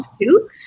two